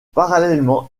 parallèlement